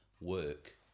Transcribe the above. work